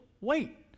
Wait